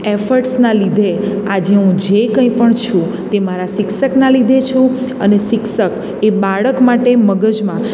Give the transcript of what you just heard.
એફર્ટ્સના લીધે આજે હું જે કંઈ પણ છું તે મારા શિક્ષકનાં લીધે છું અને શિક્ષક એ બાળક માટે મગજમાં